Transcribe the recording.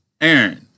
Aaron